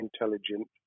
intelligent